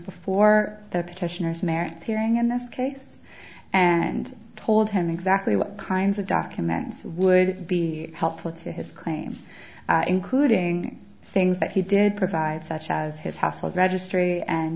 before the petitioners merits hearing in this case and told him exactly what kinds of documents would be helpful to his claims including things that he did provide such as his household registry and